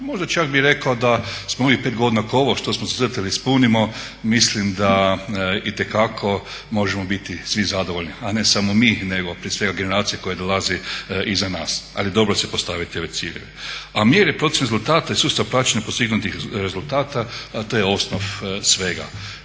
Možda čak bih rekao da smo u ovih pet godina kao ovo što smo zacrtali ispunimo, mislim da itekako možemo biti svi zadovoljni a ne samo mi nego prije svega generacije koje dolaze iza nas. Ali dobro si postavite ove ciljeve. A mjere procjene rezultata i sustav praćenja postignutih rezultata to je osnov svega.